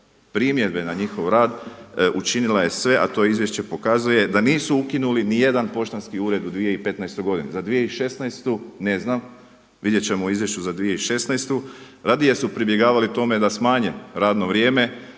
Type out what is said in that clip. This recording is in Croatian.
primjedbe na njihov rad, učinila je sve, a to izvješće pokazuje, da nisu ukinuli nijedan poštanski ured u 2015. godini. Za 2016. ne znam, vidjet ćemo u izvješću za 2016. Radije su pribjegavali tome da smanje radno vrijeme,